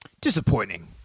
disappointing